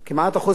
אירופה,